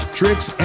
tricks